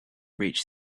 reach